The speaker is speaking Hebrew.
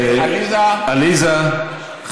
עליזה, את רוצה להוסיף לי זמן?